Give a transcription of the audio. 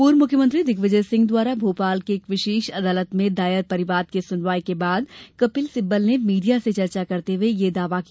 पूर्व मुख्यमंत्री दिग्विजय सिंह द्वारा भोपाल की एक विशेष अदालत में दायर परिवाद की सुनवाई के बाद कपिल सिब्बल ने मीडिया से चर्चा करते हुए यह दावा किया